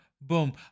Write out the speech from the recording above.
boom